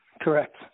Correct